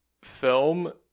film